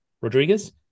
Rodriguez